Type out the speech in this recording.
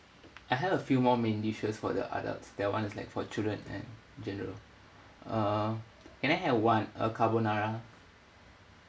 I had a few more main dishes for the adults that one is like for children and general uh can I have one a carbonara